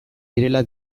direla